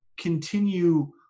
continue